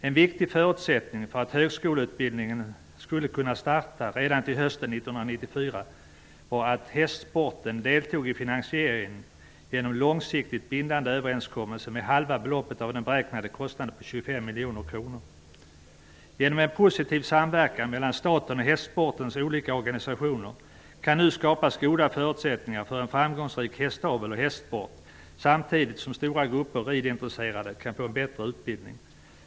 En viktig förutsättning för att högskoleutbildningen skulle kunna starta redan till hösten 1994 var att hästsporten genom en långsiktigt bindande överenskommelse deltog i finansieringen med halva beloppet av den beräknade kostnaden på 25 Genom en positiv samverkan mellan staten och hästsportens olika organisationer kan det nu skapas goda förutsättningar för en framgångsrik svensk hästavel och hästsport samtidigt som stora grupper ridintresserade kan få en bättre utbildning.